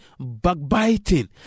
backbiting